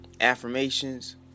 affirmations